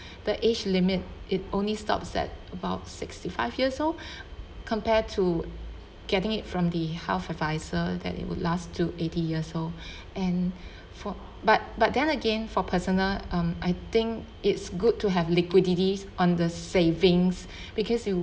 the age limit it only stops at about sixty five years old compared to getting it from the half advisor that it would last through eighty years old and for but but then again for personal um I think it's good to have liquidity on the savings because you